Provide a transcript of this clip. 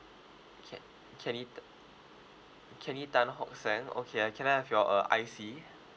ke~ kenny t~ kenny tan hock seng okay and can I have your uh I_C